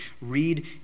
read